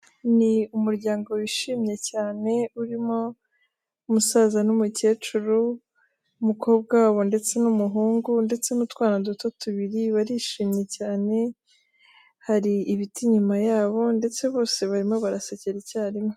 Ni umuryango wishimye cyane urimo umusaza n'umukecuru, umukobwa wabo ndetse n'umuhungu ndetse n'utwana duto tubiri barishimye cyane, hari ibiti inyuma yabo ndetse bose barimo barasekera icyarimwe.